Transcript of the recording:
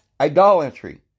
idolatry